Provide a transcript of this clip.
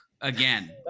again